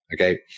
okay